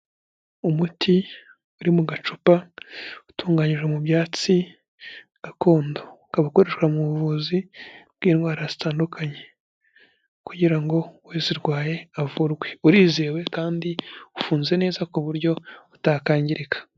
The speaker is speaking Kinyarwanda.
Umuti uri mu gacupa, utunganijwe mu byatsi gakondo. Ukaba ukoreshwa mu buvuzi bw'indwara zitandukanye, kugira ngo uzirwaye avurwe. Urizewe kandi ufunze neza ku buryo utakangirika.